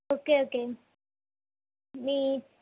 okay okay me